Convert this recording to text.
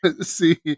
See